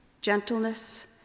gentleness